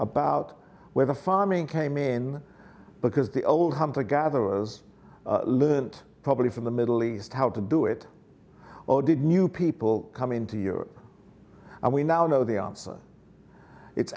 about where the farming came in because the old hunter gatherers live and probably from the middle east how to do it or did new people come into europe and we now know the answer it's